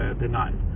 denied